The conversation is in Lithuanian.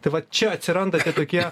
tai va čia atsiranda tokie